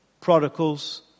prodigals